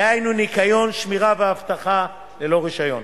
דהיינו ניקיון, שמירה ואבטחה, ללא רשיון.